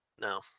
No